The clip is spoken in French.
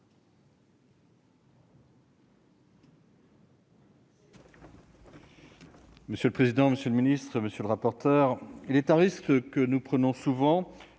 Monsieur le président, monsieur le secrétaire d'État, monsieur le rapporteur, il est un risque que nous prenons souvent